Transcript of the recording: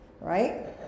right